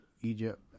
egypt